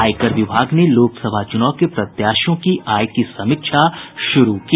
आयकर विभाग ने लोकसभा चुनाव के प्रत्याशियों की आय की समीक्षा शुरू की